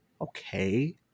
Okay